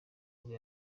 nibwo